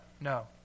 no